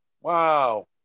wow